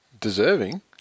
Deserving